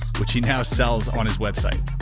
which he now sells on his website,